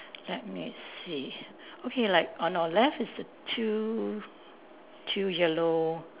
let me see okay like on our left is two two yellow